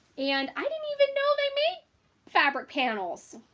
and i didn't even know they made fabric panels,